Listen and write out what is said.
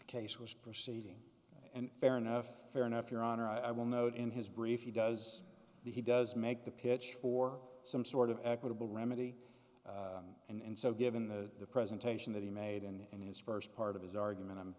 case was proceeding and fair enough fair enough your honor i will note in his brief he does he does make the pitch for some sort of equitable remedy and so given the presentation that he made and in his first part of his argument